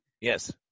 Yes